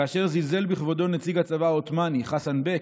כאשר זלזל בכבודו נציג הצבא העות'מאני חסן בק,